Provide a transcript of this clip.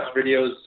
videos